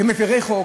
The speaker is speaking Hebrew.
כמפרי חוק,